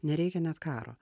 nereikia net karo